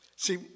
See